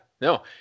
No